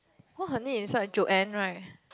what her name is start with Joan right